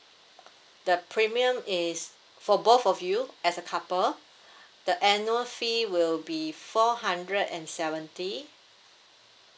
the premium is for both of you as a couple the annual fee will be four hundred and seventy